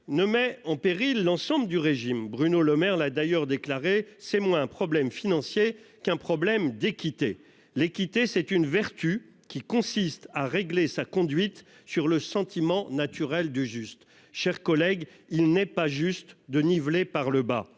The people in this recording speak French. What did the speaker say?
mettent en péril l'ensemble du système. Bruno Le Maire a d'ailleurs déclaré :« C'est moins un problème financier qu'un problème d'équité. » L'équité, c'est une vertu qui consiste à régler sa conduite sur le sentiment naturel du juste. Mes chers collègues, il n'est pas juste de niveler par le bas